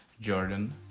Jordan